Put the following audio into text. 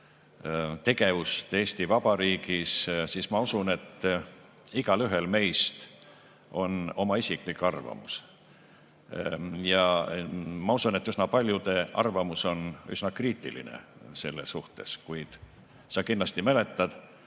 tegevust Eesti Vabariigis, siis ma usun, et igaühel meist on oma isiklik arvamus. Ja ma usun, et üsna paljude arvamus on üsna kriitiline selle suhtes. Kuid sa kindlasti mäletad,